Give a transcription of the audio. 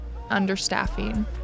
Understaffing